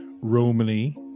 Romany